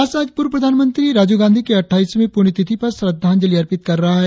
राष्ट्र आज पूर्व प्रधानमंत्री राजीव गांधी की अटठाईसवीं प्रण्यतिथि पर श्रद्धांजलि अर्पित कर रहा है